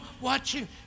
watching